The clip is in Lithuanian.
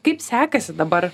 kaip sekasi dabar